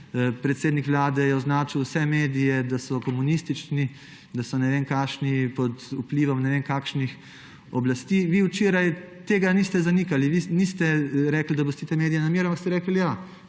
predsednik Vlade je označil vse medije, da so komunistični, da so ne vem kakšni, pod vplivom ne vem kakšnih oblasti. Vi včeraj tega niste zanikali, niste rekli, da pustite medije na miru, ampak ste rekli –